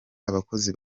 abakozi